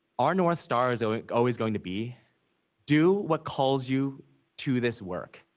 our north star is always going to be do what calls you to this work.